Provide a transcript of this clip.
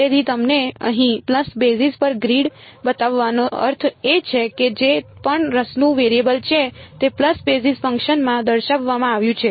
તેથી તમને અહીં પલ્સ બેઝિસ પર ગ્રીડ બતાવવાનો અર્થ એ છે કે જે પણ રસનું વેરિયેબલ છે તે પલ્સ બેઝિસ ફંક્શનમાં દર્શાવવામાં આવ્યું છે